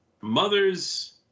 mother's